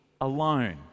alone